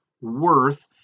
worth